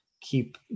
keep